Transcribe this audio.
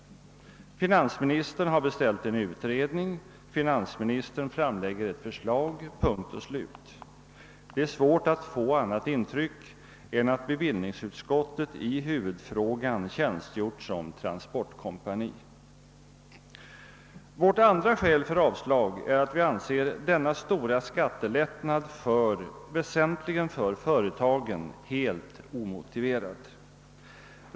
Finansministern har beställt en utredning, finansministern framlägger ett förslag — punkt och slut! Det är svårt att få annat intryck än att bevillningsutskottet i huvudfrågan tjänstgjort som transportkompani. Vårt andra skäl för avslag är att vi anser denna stora skattelättnad för företagen helt omotiverad.